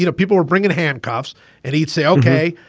you know people were bringing handcuffs and he'd say, ok,